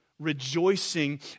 rejoicing